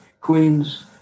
Queens